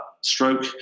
stroke